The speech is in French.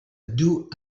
doux